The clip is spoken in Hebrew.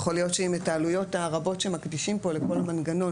יכול להיות שאם את העלויות הרבות שמקדישים פה לכל המנגנון